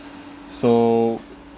so